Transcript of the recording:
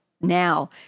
now